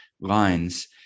lines